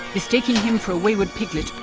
mistaking him for a wayward piglet,